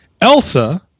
Elsa